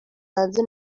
hanze